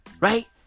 right